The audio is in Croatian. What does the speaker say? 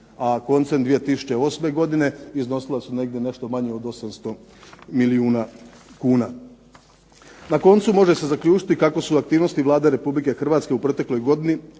A koncem 2008. godine iznosila su negdje, nešto manje od 800 milijuna kuna. Na koncu može se zaključiti kako su aktivnosti Vlade Republike Hrvatske u protekloj godini,